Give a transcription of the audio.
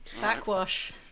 Backwash